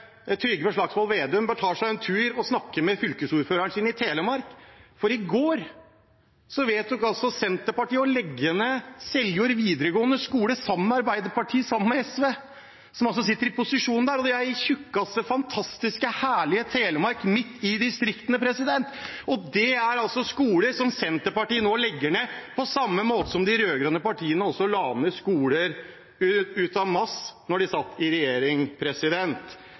Trygve Slagsvold Vedum bør ta seg en tur og snakke med fylkesordføreren i Telemark, for i går vedtok Senterpartiet, sammen med Arbeiderpartiet og SV, som sitter i posisjon der, å legge ned den videregående skolen i Seljord, og det er i tjukkeste, fantastiske, herlige Telemark – midt i distriktene. Det er altså en skole som Senterpartiet legger ned, på samme måte som de rød-grønne partiene også la ned skoler en masse da de satt i regjering.